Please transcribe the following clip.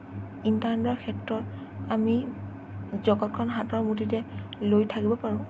ইণ্টাৰনেটৰ ক্ষেত্ৰত আমি জগতখন হাতৰ মুঠিতে লৈ থাকিব পাৰোঁ